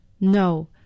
No